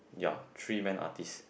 ya three men artist